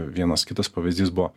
vienas kitas pavyzdys buvo